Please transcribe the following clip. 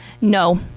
No